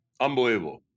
Unbelievable